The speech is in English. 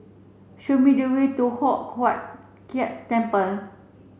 show me the way to Hock Huat Keng Temple